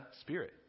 spirit